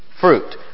fruit